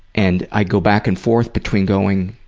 and i go back and forth between going,